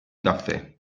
caffè